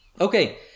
Okay